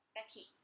Becky